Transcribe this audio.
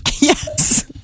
Yes